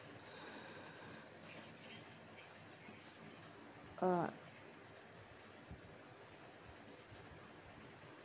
uh